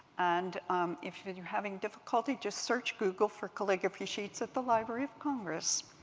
and um if if you're having difficulty, just search google for calligraphy sheets at the library of congress.